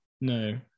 No